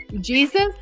Jesus